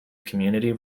community